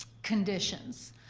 conditions.